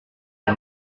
les